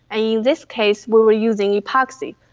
and in this case we were using epoxy.